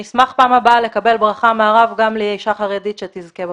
נשמח בפעם הבאה לקבל ברכה מהרב גם לאישה חרדית שתזכה בבחירות.